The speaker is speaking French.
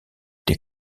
des